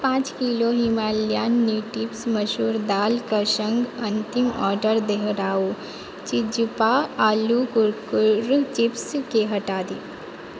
पांँच kilo Himalayan natives मसूर दाल कऽ सङ्ग अन्तिम ऑर्डर दोहराउ चिज़्ज़पा आलू कुरकुर चिप्सके हटा दिऔ